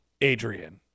Adrian